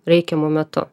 reikiamu metu